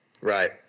right